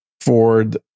Ford